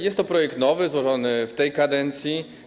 Jest to projekt nowy, złożony w tej kadencji.